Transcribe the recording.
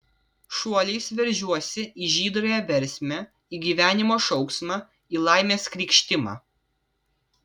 šuoliais veržiuosi į žydrąją versmę į gyvenimo šauksmą į laimės krykštimą